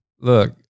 Look-